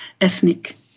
ethnic